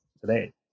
today